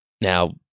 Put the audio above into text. Now